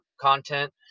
content